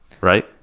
Right